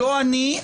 לא אני,